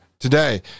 today